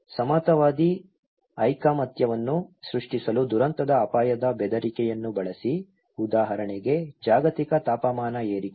ಸಮಾನತಾವಾದಿ ಐಕಮತ್ಯವನ್ನು ಸೃಷ್ಟಿಸಲು ದುರಂತದ ಅಪಾಯದ ಬೆದರಿಕೆಯನ್ನು ಬಳಸಿ ಉದಾಹರಣೆಗೆ ಜಾಗತಿಕ ತಾಪಮಾನ ಏರಿಕೆ